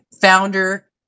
founder